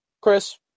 Chris